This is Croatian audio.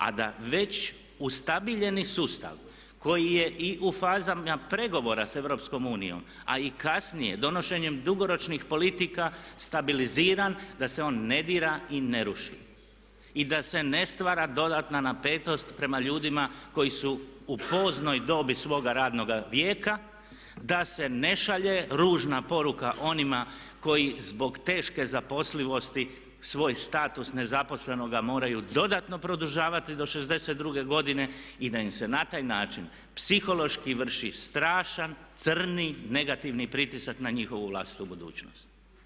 A da već ustabiljeni sustav koji je i u fazama pregovora sa EU a i kasnije donošenjem dugoročnih politika stabiliziran da se on ne dira i ne ruši i da se ne stvara dodatna napetost prema ljudima koji su u poznoj dobi svoga radnoga vijeka, da se ne šalje ružna poruka onima koji zbog teške zaposlivosti svoj status nezaposlenoga moraju dodatno produžavati do 62 godine i da im se na takav način psihološki vrši strašan, crni negativni pritisak na njihovu vlastitu budućnost.